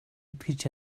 итгэж